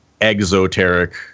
exoteric